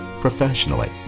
professionally